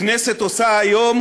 הכנסת עושה היום